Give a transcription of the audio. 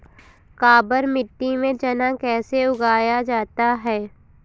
काबर मिट्टी में चना कैसे उगाया जाता है?